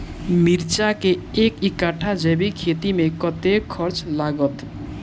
मिर्चा केँ एक कट्ठा जैविक खेती मे कतेक खर्च लागत?